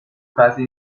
casi